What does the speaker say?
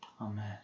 Amen